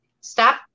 Stop